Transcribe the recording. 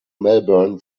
melbourne